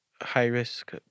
high-risk